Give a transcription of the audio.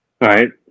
right